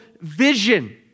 vision